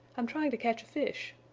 i'm trying to catch a fish,